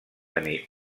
tenir